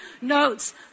notes